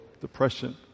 depression